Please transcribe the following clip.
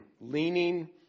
Leaning